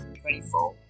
twenty-four